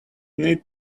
needs